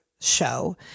show